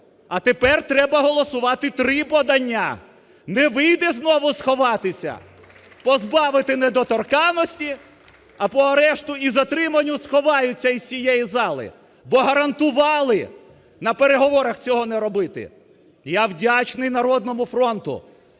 а тепер треба голосувати три подання, не вийде знову сховатися, позбавити недоторканності, а по арешту і затриманню сховаються із цієї зали, бо гарантували на переговорах цього не робити. Я вдячний "Народному фронту",